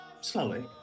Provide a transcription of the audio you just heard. slowly